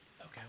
Okay